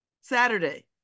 Saturday